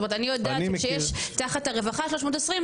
זאת אומרת אני יודעת שיש תחת הרווחה 320,